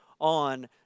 on